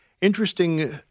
Interesting